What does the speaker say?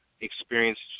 experienced